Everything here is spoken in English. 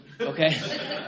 okay